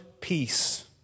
peace